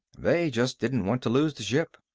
they just didn't want to lose the ship.